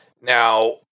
now